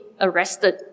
arrested